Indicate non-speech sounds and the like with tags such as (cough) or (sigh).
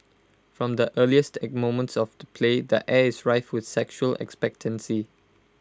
from the earliest (unintelligible) moments of the play the air is rife with sexual expectancy